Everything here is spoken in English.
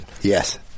Yes